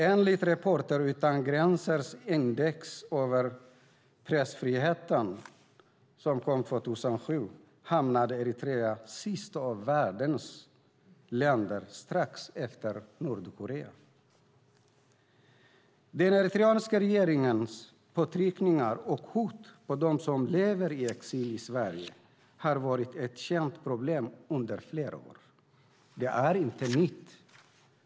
Enligt Reporter utan gränsers index över pressfriheten 2007 hamnade Eritrea sist av världens länder, strax efter Nordkorea. Den eritreanska regeringens påtryckningar och hot mot dem som lever i exil i Sverige har varit ett känt problem under flera år. Det är inte nytt.